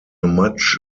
much